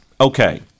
Okay